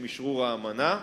עם אשרור האמנה.